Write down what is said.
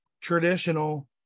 traditional